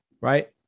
Right